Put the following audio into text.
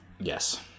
Yes